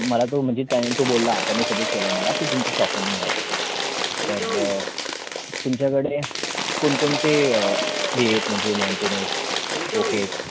मला तो म्हणजे त्यांनी तो बोलला त्यांनी सजेस्ट केलं मला की तुमच्या शॉपमधून घ्यायला तर तुमच्याकडे कोणकोणते केक म्हणजे मॉंजेनिस ओ केख